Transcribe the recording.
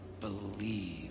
believe